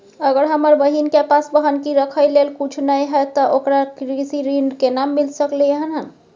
अगर हमर बहिन के पास बन्हकी रखय लेल कुछ नय हय त ओकरा कृषि ऋण केना मिल सकलय हन?